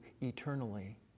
eternally